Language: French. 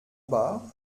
bas